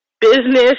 Business